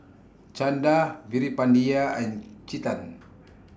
Chanda Veerapandiya and Chetan